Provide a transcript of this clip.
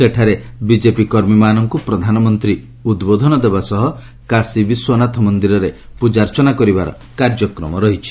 ସେଠାରେ ବିଟ୍ଟେପି କମାୀମାନଙ୍କୁ ପ୍ରଧାନମନ୍ତ୍ରୀ ଉଦ୍ବୋଧନ ଦେବା ସହ କାଶୀ ବିଶ୍ୱନାଥ ମନ୍ଦିରରେ ପ୍ରଜାର୍ଚ୍ଚନା କରିବାର କାର୍ଯ୍ୟକ୍ରମ ରହିଛି